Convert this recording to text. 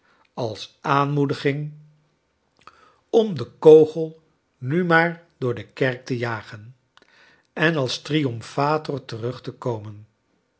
als aanmoediging om den kogel nu maar door de kerk te jagen en als triumphator terug te komen